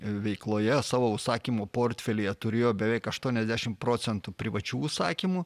veikloje savo užsakymų portfelyje turėjo beveik aštuoniasdešimt procentų privačių užsakymų